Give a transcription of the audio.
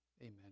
amen